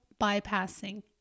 bypassing